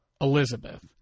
Elizabeth